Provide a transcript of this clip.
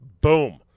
Boom